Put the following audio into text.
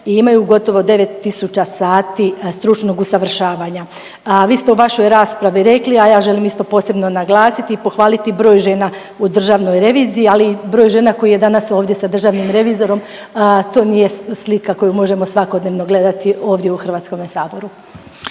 imaju gotovo 9000 sati stručnog usavršavanja. A vi ste u vašoj raspravi rekli, a ja želim isto posebno naglasiti i pohvaliti broj žena u Državnoj reviziji, ali i broj žena koji je danas ovdje sa državnim revizorom, to nije slika koju možemo svakodnevno gledati ovdje u HS-u.